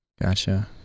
Gotcha